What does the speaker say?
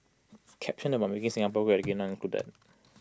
caption about making Singapore great again not included